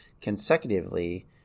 consecutively